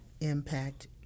impact